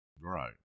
Right